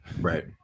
Right